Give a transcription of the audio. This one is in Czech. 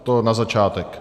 To na začátek.